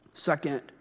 Second